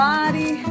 Body